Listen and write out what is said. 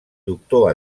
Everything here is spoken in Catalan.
doctor